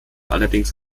allerdings